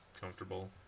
comfortable